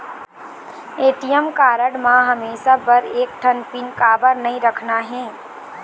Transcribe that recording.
ATM card म हमेशा बर एक ठन पिन काबर नई रखना हे?